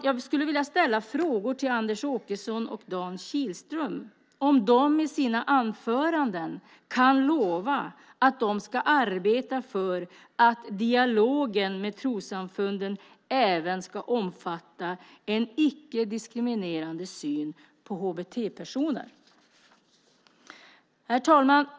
Jag skulle vilja fråga Anders Åkesson och Dan Kihlström om de i sina anföranden kan lova att de ska arbeta för att dialogen med trossamfunden även ska omfatta en icke diskriminerande syn på HBT-personer. Herr talman!